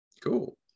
Cool